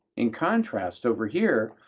in contrast, over here,